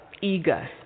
eager